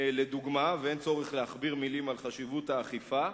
ואין צורך להכביר מלים על חשיבות האכיפה.